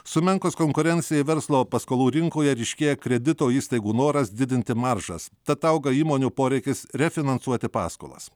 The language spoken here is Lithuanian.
sumenkus konkurencijai verslo paskolų rinkoje ryškėja kredito įstaigų noras didinti maržas tad auga įmonių poreikis refinansuoti paskolas